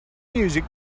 music